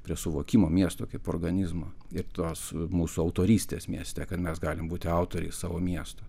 prie suvokimo miesto kaip organizmo ir tos mūsų autorystės mieste kad mes galim būti autoriai savo miesto